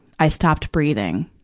i stopped breathing.